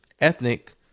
ethnic